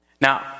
Now